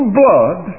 blood